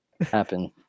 happen